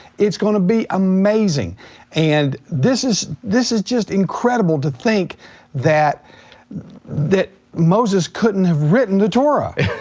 it's gonna be amazing and this is this is just incredible to think that that moses couldn't have written the torah.